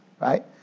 Right